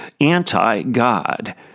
anti-God